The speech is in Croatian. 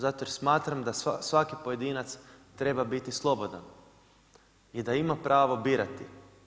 Zato jer smatram da svaki pojedinac treba biti slobodan i da ima pravo birati.